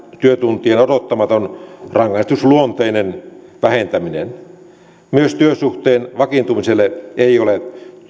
työtuntien odottamaton rangaistusluonteinen vähentäminen myöskään työsuhteen vakiintumiselle ei ole